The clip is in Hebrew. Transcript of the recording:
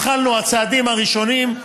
התחלנו, צעדים ראשונים.